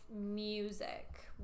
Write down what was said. music